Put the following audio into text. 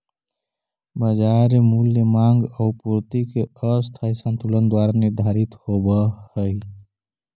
बाजार मूल्य माँग आउ पूर्ति के अस्थायी संतुलन द्वारा निर्धारित होवऽ हइ